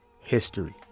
history